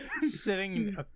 sitting